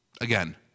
Again